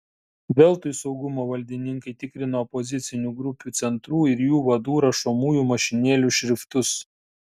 veltui saugumo valdininkai tikrino opozicinių grupių centrų ir jų vadų rašomųjų mašinėlių šriftus